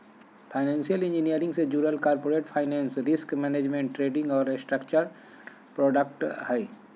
financial engineering से जुडल corporate finance, risk management, trading और स्ट्रक्चर्ड प्रॉडक्ट्स हय